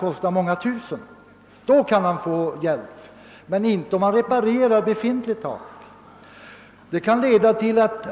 Blir det en sådan omfattande reparation kan han få hjälp, men om han reparerar befintligt tak får han alltså ingen hjälp.